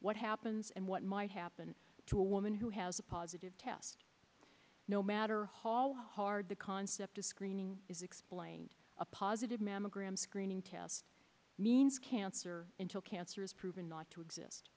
what happens and what might happen to a woman who has a positive test no matter the concept of screening a positive mammogram screening test means cancer until cancer is proven not to exist